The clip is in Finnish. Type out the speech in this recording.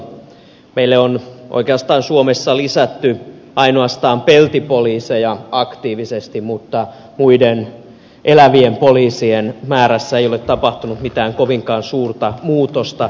meille on oikeastaan suomessa lisätty ainoastaan peltipoliiseja aktiivisesti mutta muiden elävien poliisien määrässä ei ole tapahtunut mitään kovinkaan suurta muutosta